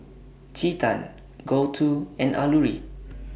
Chetan Gouthu and Alluri